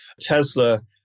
Tesla